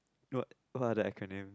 what what the other acronym